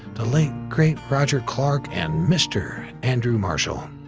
the late great roger clark, and mr. andrew marshall.